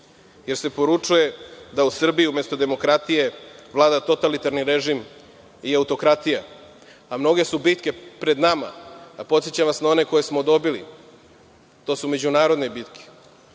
jer se poručuje da u Srbiji umesto demokratije vlada totalitarni režim i autokratija, a mnoge su bitke pred nama. Podsećam vas na one koje smo dobili. To su međunarodne bitke,